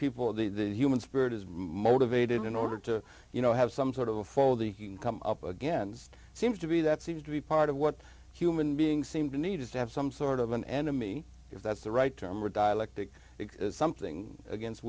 people of the human spirit is motivated in order to you know have some sort of a for the come up against seems to be that seems to be part of what human beings seem to need is to have some sort of an enemy if that's the right term or dialectic it's something against